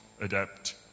adapt